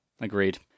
agreed